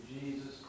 Jesus